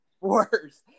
Worse